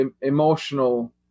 emotional